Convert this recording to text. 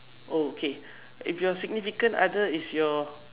oh k if your significant other is your